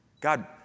God